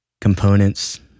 components